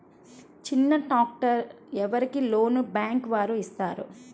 చిన్న ట్రాక్టర్ ఎవరికి లోన్గా బ్యాంక్ వారు ఇస్తారు?